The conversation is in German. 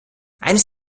eines